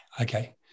Okay